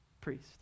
priest